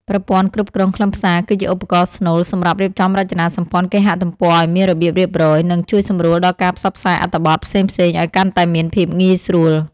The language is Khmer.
ប្រព័ន្ធគ្រប់គ្រងខ្លឹមសារគឺជាឧបករណ៍ស្នូលសម្រាប់រៀបចំរចនាសម្ព័ន្ធគេហទំព័រឱ្យមានរបៀបរៀបរយ និង ជួយសម្រួលដល់ការផ្សព្វផ្សាយអត្ថបទផ្សេងៗឱ្យកាន់តែមានភាពងាយស្រួល។